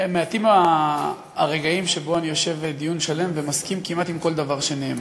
מעטים הרגעים שבהם אני יושב דיון שלם ומסכים כמעט עם כל דבר שנאמר.